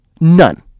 None